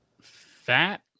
fat